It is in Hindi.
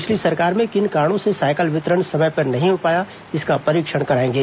पिछली सरकार में किन कारणों से सायकल वितरण समय पर नहीं हो पाया इसका परीक्षण कराएंगे